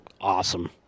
Awesome